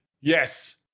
Yes